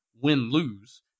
win-lose